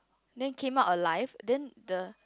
then came out alive then the